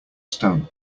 stone